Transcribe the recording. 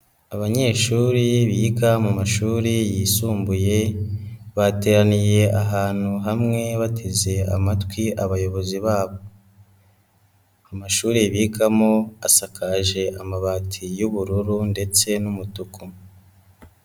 Abanyeshuri biga mu mashuri yisumbuye bateraniye ahantu hamwe batezeye amatwi abayobozi babo, amashuri bigamo asakaje amabati y'ubururu ndetse n'umutuku.